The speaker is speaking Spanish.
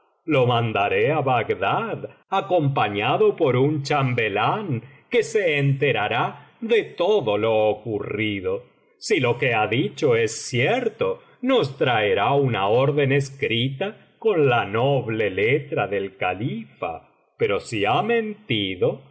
lo mandaré á bagdad acompañado por un chambelán que se enterará de todo lo ocurrido si lo que ha dicho es cierto nos traerá una orden escrita con la noble letra del califa pero si ha mentido